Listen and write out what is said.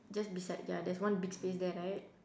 just beside ya there's one big space there right